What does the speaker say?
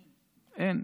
אין.